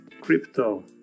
crypto